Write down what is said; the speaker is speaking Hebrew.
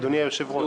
אדוני היושב-ראש.